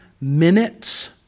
minutes